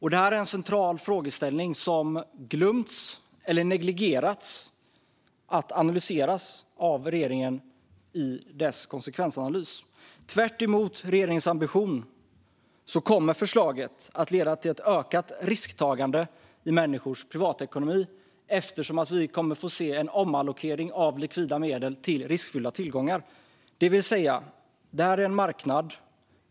Detta är en central frågeställning som regeringen glömt eller negligerat att analysera i sin konsekvensanalys. Tvärtemot regeringens ambition kommer förslaget att leda till ökat risktagande i människors privatekonomi eftersom vi kommer att se en omallokering av likvida medel till riskfyllda tillgångar.